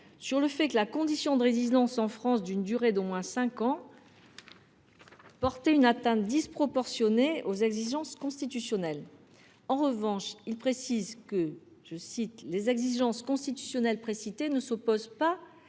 sur le fait que la « condition de résidence en France d’une durée d’au moins cinq ans […] port[ait] une atteinte disproportionnée [aux] exigences » constitutionnelles. En revanche, il précisait que « les exigences constitutionnelles précitées ne s’opposent pas